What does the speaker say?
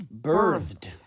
Birthed